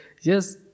yes